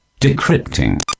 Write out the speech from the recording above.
Decrypting